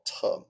term